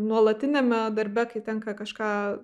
nuolatiniame darbe kai tenka kažką